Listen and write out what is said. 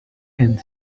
and